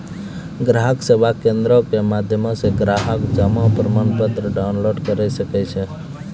ग्राहक सेवा केंद्रो के माध्यमो से ग्राहक जमा प्रमाणपत्र डाउनलोड करे सकै छै